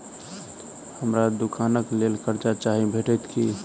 हमरा दुकानक लेल कर्जा चाहि भेटइत की?